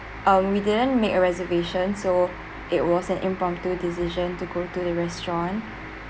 uh we didn't make a reservation so it was an impromptu decision to go to the restaurant